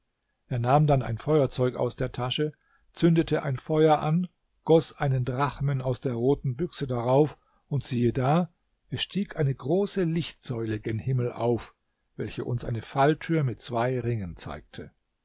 er nahm dann ein feuerzeug aus der tasche zündete feuer an goß einen drachmen aus der roten büchse darauf und siehe da es stieg eine große lichtsäule gen himmel auf welche uns eine falltür mit zwei ringen zeigte